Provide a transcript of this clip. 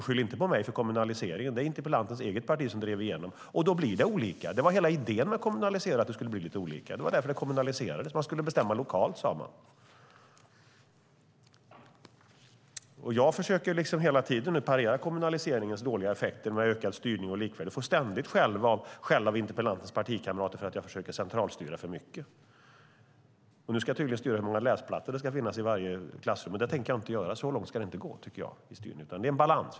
Skyll inte på mig för kommunaliseringen, för det är interpellantens eget parti som drev igenom det, och då blir det olika. Det var hela idén med kommunaliseringen att det skulle bli lite olika. Det var därför skolan kommunaliserades. Det sades att man skulle bestämma lokalt. Jag försöker hela tiden parera kommunaliseringens dåliga effekter med ökad styrning och liknande, och jag får ständigt skäll av interpellantens partikamrater för att jag försöker centralstyra för mycket. Nu ska jag tydligen styra hur många läsplattor det ska finnas i varje klassrum. Det tänker jag inte göra. Så långt tycker jag inte att det ska gå. Det är en balansgång.